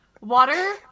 Water